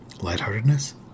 lightheartedness